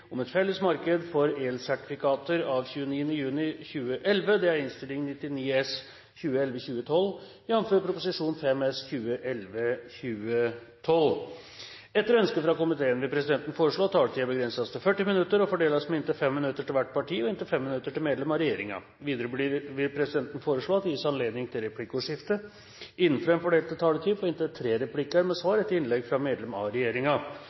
om budsjettet. – Det anses vedtatt. Vi starter da med sak nr. 4. Etter ønske fra energi- og miljøkomiteen vil presidenten foreslå at taletiden begrenses til 40 minutter og fordeles med inntil 5 minutter til hvert parti og inntil 5 minutter til medlem av regjeringen. Videre vil presidenten foreslå at det gis anledning til replikkordskifte på inntil tre replikker med svar etter innlegg fra medlem av